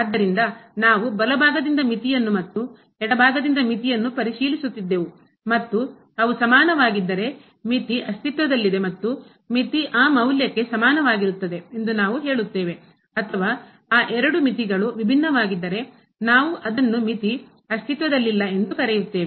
ಆದ್ದರಿಂದ ನಾವು ಬಲಭಾಗದಿಂದ ಮಿತಿಯನ್ನು ಮತ್ತು ಎಡಭಾಗದಿಂದ ಮಿತಿಯನ್ನು ಪರಿಶೀಲಿಸುತ್ತಿದ್ದೆವು ಮತ್ತು ಅವು ಸಮಾನವಾಗಿದ್ದರೆ ಮಿತಿ ಅಸ್ತಿತ್ವದಲ್ಲಿದೆ ಮತ್ತು ಮಿತಿ ಆ ಮೌಲ್ಯಕ್ಕೆ ಸಮಾನವಾಗಿರುತ್ತದೆ ಎಂದು ನಾವು ಹೇಳುತ್ತೇವೆ ಅಥವಾ ಆ ಎರಡು ಮಿತಿಗಳು ವಿಭಿನ್ನವಾಗಿದ್ದರೆ ನಾವು ಅದನ್ನು ಮಿತಿ ಅಸ್ತಿತ್ವದಲ್ಲಿಲ್ಲ ಎಂದು ಕರೆಯುತ್ತೇವೆ